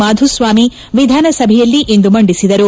ಮಾಧುಸ್ವಾಮಿ ವಿಧಾನಸಭೆಯಲ್ಲಿಂದು ಮಂಡಿಸಿದರು